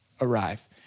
arrive